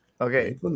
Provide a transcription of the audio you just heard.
okay